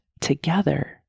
together